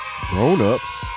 grown-ups